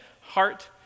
heart